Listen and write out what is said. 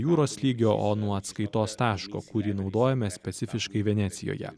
jūros lygio o nuo atskaitos taško kurį naudojame specifiškai venecijoje